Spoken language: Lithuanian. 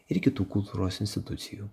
ir kitų kultūros institucijų